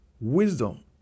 Wisdom